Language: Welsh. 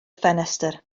ffenestr